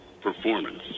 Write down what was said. performance